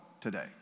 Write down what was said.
today